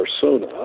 persona